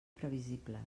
previsibles